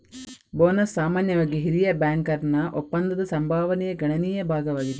bonus ಸಾಮಾನ್ಯವಾಗಿ ಹಿರಿಯ ಬ್ಯಾಂಕರ್ನ ಒಪ್ಪಂದದ ಸಂಭಾವನೆಯ ಗಣನೀಯ ಭಾಗವಾಗಿದೆ